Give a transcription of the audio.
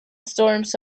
storms